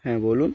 হ্যাঁ বলুন